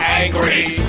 angry